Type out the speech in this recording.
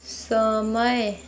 समय